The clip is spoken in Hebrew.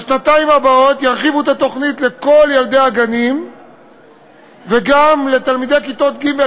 בשנתיים הבאות ירחיבו את התוכנית לכל ילדי הגנים וגם לתלמידי כיתות ג',